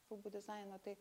ūbų dizaino tai